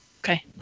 Okay